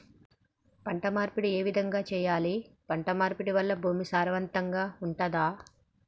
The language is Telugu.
పంట మార్పిడి ఏ విధంగా చెయ్యాలి? పంట మార్పిడి వల్ల భూమి సారవంతంగా ఉంటదా?